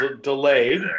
delayed